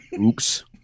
oops